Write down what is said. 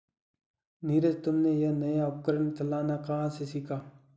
नीरज तुमने यह नया उपकरण चलाना कहां से सीखा?